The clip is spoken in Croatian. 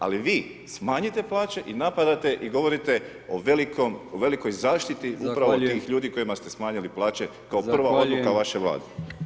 Ali vi, smanjite plaće i napadate i govorite o velikoj zaštiti [[Upadica: Zahvaljujem.]] upravo tih ljudi kojima ste smanjili plaće [[Upadica: Zahvaljujem.]] kao prva odluka vaše Vlade.